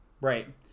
Right